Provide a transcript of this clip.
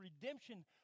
redemption